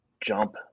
Jump